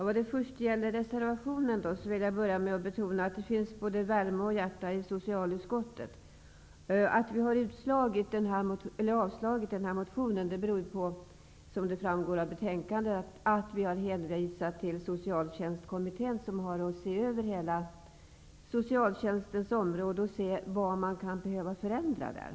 Herr talman! Beträffande reservationen vill jag börja med att betona att det finns både värme och hjärta i socialutskottet. Att vi har avstyrkt den här motionen beror på, vilket framgår av betänkandet, att vi har hänvisat till Socialtjänstkommittén, som har att se över hela socialtjänstens område för att se vad man kan behöva förändra där.